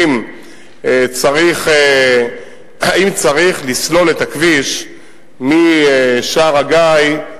האם צריך לסלול את הכביש משער-הגיא,